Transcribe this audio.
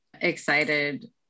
excited